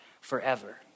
forever